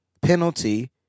penalty